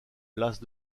lasse